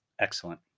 excellent